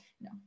No